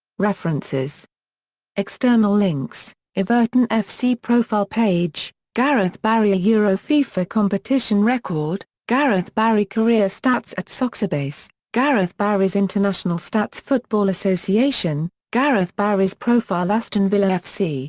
references external links everton fc profile page gareth barry yeah fifa competition record gareth barry career stats at soccerbase gareth barry's international stats football association gareth barry's profile aston villa fc